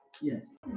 Yes